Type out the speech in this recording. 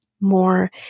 more